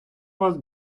вас